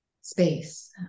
space